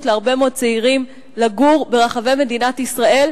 להרבה מאוד צעירים לגור ברחבי מדינת ישראל.